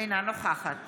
אינה נוכחת